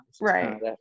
Right